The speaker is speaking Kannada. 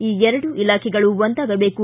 ಈ ಎರಡೂ ಇಲಾಖೆಗಳು ಒಂದಾಗಬೇಕು